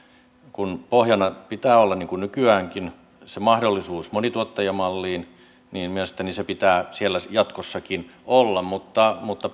kun pohjana pitää olla niin kuin nykyäänkin se mahdollisuus monituottajamalliin niin mielestäni se pitää siellä jatkossakin olla mutta mutta